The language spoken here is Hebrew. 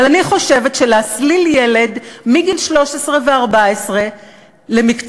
אבל אני חושבת שלהסליל ילד מגיל 13 ו-14 למקצוע